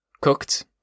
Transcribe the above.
cooked